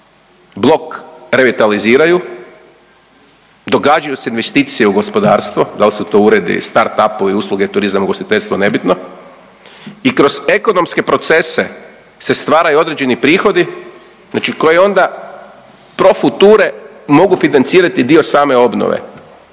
blok revitaliziraju, događaju se investicije u gospodarstvo. Da li su to uredi, start upovi, usluge turizam, ugostiteljstvo nebitno i kroz ekonomske procese se stvaraju određeni prihodi znači koji onda pro future mogu financirati dio same obnove.